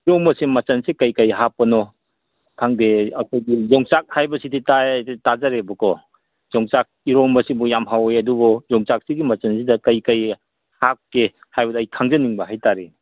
ꯏꯔꯣꯝꯕꯁꯦ ꯃꯆꯟꯁꯦ ꯀꯩ ꯀꯩ ꯍꯥꯞꯄꯅꯣ ꯈꯪꯗꯦ ꯑꯩꯈꯣꯏꯒꯤ ꯌꯣꯡꯆꯥꯛ ꯍꯥꯏꯕꯁꯤꯗꯤ ꯇꯥꯏ ꯇꯥꯖꯔꯦꯕꯀꯣ ꯌꯣꯡꯆꯥꯛ ꯏꯔꯣꯝꯕꯁꯤꯕꯨ ꯌꯥꯝ ꯍꯥꯎꯋꯦ ꯑꯗꯨꯕꯨ ꯌꯣꯡꯆꯥꯛꯁꯤꯒꯤ ꯃꯆꯟꯁꯤꯗ ꯀꯩ ꯀꯩ ꯍꯥꯞꯀꯦ ꯍꯥꯏꯕꯗꯨ ꯑꯩ ꯈꯪꯖꯅꯤꯡꯕ ꯍꯥꯏ ꯇꯥꯔꯦ